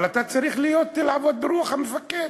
אבל אתה צריך לעבוד ברוח המפקד,